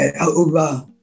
over